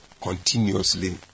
continuously